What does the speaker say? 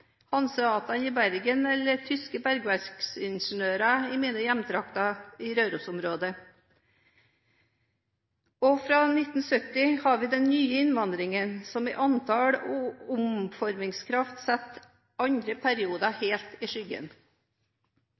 i Bergen, og tyske bergverksingeniører i mine hjemtrakter i Røros-området. Og fra 1970 har vi den nye innvandringen, som i antall og omformingskraft setter andre perioder helt i skyggen.